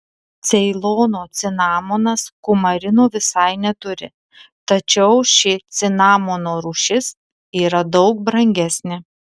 ceilono cinamonas kumarino visai neturi tačiau ši cinamono rūšis yra daug brangesnė